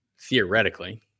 theoretically